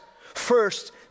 First